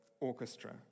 orchestra